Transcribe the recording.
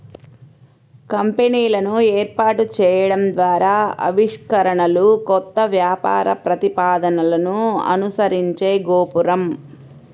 కంపెనీలను ఏర్పాటు చేయడం ద్వారా ఆవిష్కరణలు, కొత్త వ్యాపార ప్రతిపాదనలను అనుసరించే గోపురం